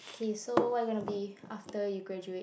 K so what you gonna be after you graduate